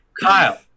Kyle